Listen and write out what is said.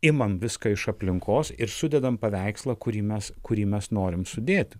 imam viską iš aplinkos ir sudedam paveikslą kurį mes kurį mes norim sudėti